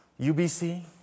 UBC